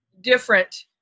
different